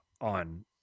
on